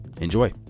Enjoy